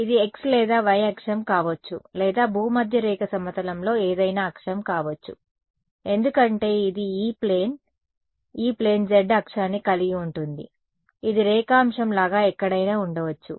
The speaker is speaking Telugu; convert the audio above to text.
ఇది x లేదా y అక్షం కావచ్చు లేదా భూమధ్యరేఖ సమతలంలో ఏదైనా అక్షం కావచ్చు ఎందుకంటే ఇది E plane E plane z అక్షాన్ని కలిగి ఉంటుంది ఇది రేఖాంశం లాగా ఎక్కడైనా ఉండవచ్చు